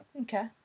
Okay